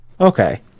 Okay